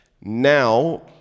Now